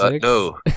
No